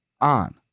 on